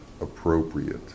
appropriate